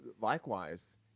likewise